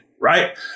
right